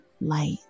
light